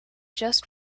just